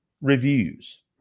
reviews